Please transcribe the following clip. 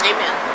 Amen